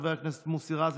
חבר הכנסת מוסי רז,